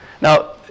Now